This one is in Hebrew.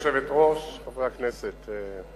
גברתי היושבת-ראש, חברי הכנסת,